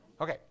Okay